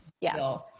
yes